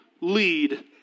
lead